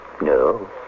No